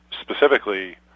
specifically